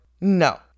no